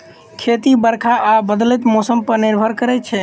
खेती बरखा आ बदलैत मौसम पर निर्भर करै छै